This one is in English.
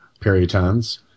peritons